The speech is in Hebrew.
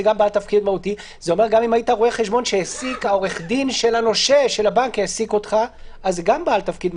הוא העלה נושא אחד שאומר שמספר הפעמים שיצטרכו בתיקים מאוד מאוד מורכבים